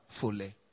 fully